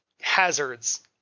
hazards